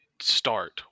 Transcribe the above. start